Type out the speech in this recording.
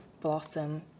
blossom